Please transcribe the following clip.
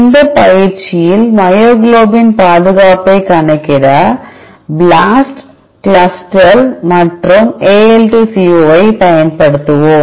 இந்த பயிற்சியில் மயோகுளோபின் பாதுகாப்பைக் கணக்கிட BLAST CLUSTAL மற்றும் AL2CO ஐப் பயன்படுத்துவோம்